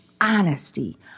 honesty